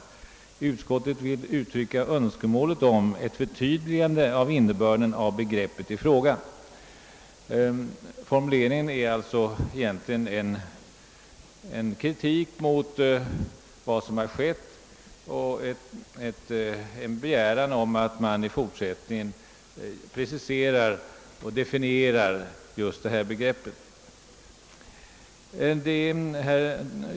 Utskottet vill uttrycka önskemålet om ett förtydligande av innebörden av begreppet i fråga». Formuleringen innebär alltså en kritik mot vad som skett och en begäran om att regeringen i fortsättningen preciserar och definierar just detta begrepp.